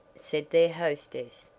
said their hostess,